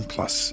Plus